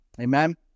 Amen